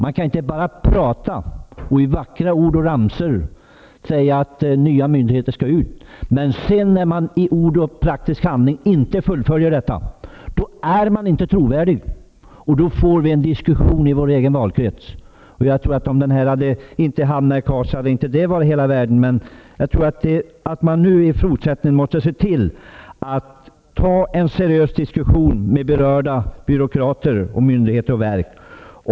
Man kan inte med vackra ord och ramsor säga att nya myndigheter skall utlokaliseras och sedan inte fullfölja detta i praktisk handling. Då är man inte trovärdig, vilket leder till diskussion i vår egen valkrets. Det faktum att Karlstad inte kom i åtanke är kanske inte hela världen. Jag tror dock att vi i fortsättningen måste se till att det blir en seriös diskussion med berörda byråkrater, myndigheter och verk.